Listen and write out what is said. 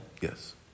Yes